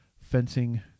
fencing